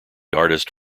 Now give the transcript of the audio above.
artist